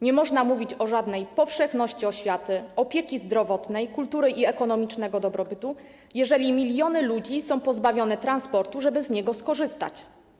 Nie można mówić o żadnej powszechności oświaty, opieki zdrowotnej, kultury i ekonomicznego dobrobytu, jeżeli miliony ludzi są pozbawione transportu, żeby z nich skorzystać.